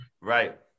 right